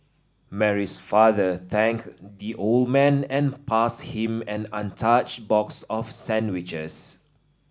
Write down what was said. Mary's father thanked the old man and pass him an untouched box of sandwiches